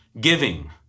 giving